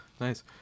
nice